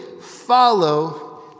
follow